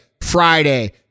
Friday